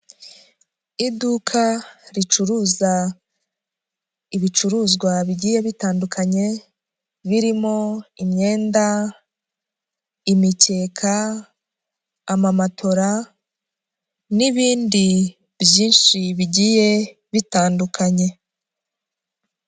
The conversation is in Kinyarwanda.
Iduka ricuruza ibicuruzwa bigiye bitandukanye birimo imyenda, imikeka, amamatora n'ibindi byinshi bigiye bitandukanye.